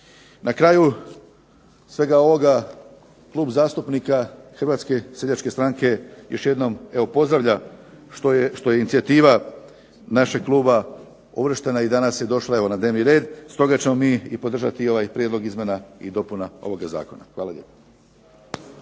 Na kraju svega ovoga Klub zastupnika Hrvatske seljačke stranke još jednom evo pozdravlja što je inicijativa našeg kluba uvrštena i danas je došla evo na dnevni red. Stoga ćemo mi i podržati ovaj prijedlog izmjena i dopuna ovoga zakona. Hvala lijepo.